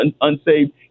unsaved